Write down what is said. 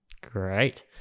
Great